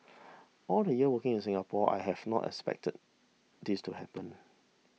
all the years working in Singapore I have not expected this to happen